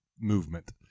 movement